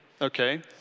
okay